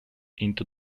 into